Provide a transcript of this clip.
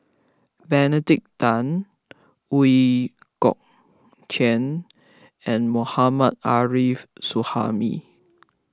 Benedict Tan Ooi Kok Chuen and Mohammad Arif Suhaimi